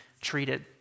treated